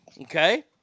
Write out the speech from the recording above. Okay